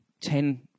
ten